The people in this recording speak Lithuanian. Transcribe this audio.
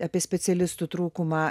apie specialistų trūkumą